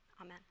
Amen